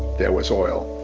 there was oil,